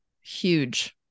Huge